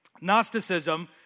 Gnosticism